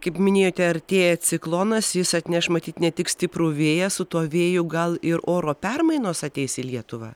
kaip minėjote artėja ciklonas jis atneš matyt ne tik stiprų vėją su tuo vėju gal ir oro permainos ateis į lietuvą